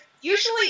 usually